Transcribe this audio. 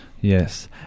Yes